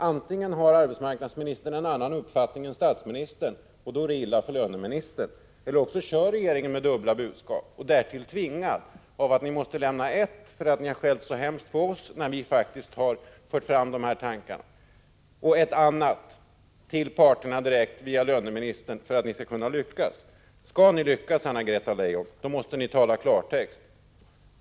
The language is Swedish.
Antingen har arbetsmarknadsministern en annan uppfattning än statsministern — och då är det illa för löneministern — eller också kör regeringen med dubbla budskap, därtill tvingad genom att ni måste lämna ett visst budskap eftersom ni har skällt så mycket på oss när vi har fört fram dessa tankar, och ett annat budskap till parterna direkt via löneministern, om ni skall kunna lyckas. Skall ni lyckas, Anna-Greta Leijon, måste ni tala klartext.